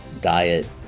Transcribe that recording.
diet